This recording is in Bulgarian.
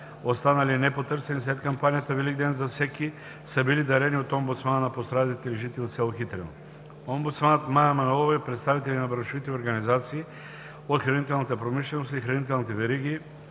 останали непотърсени след кампанията „Великден за всеки“, са били дарени от омбудсмана на пострадалите жители от село Хитрино. Омбудсманът Мая Манолова и представители на браншовите организации от хранителната промишленост и хранителните вериги,